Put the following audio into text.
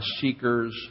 seeker's